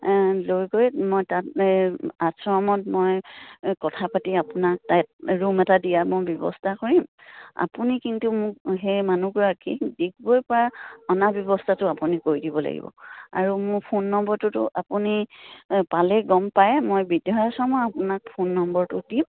লৈ গৈ মই তাত এই আশ্ৰমত মই কথা পাতি আপোনাক তাইত ৰুম এটা দিয়া মোৰ ব্যৱস্থা কৰিম আপুনি কিন্তু মোক সেই মানুহগৰাকী ডিগবৈপৰা অনা ব্যৱস্থাটো আপুনি কৰি দিব লাগিব আৰু মোৰ ফোন নম্বৰটোতো আপুনি পালে গম পায়ে মই বৃদ্ধাশ্ৰমৰ আপোনাক ফোন নম্বৰটো দিম